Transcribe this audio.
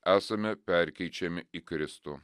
esame perkeičiami į kristų